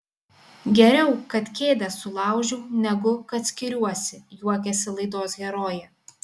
geriau kad kėdę sulaužiau negu kad skiriuosi juokėsi laidos herojė